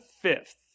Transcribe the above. fifth